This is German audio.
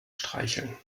streicheln